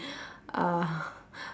uh